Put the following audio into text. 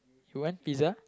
who want pizza